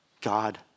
God